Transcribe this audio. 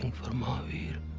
for mahavir.